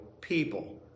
people